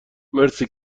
مرسی